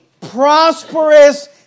prosperous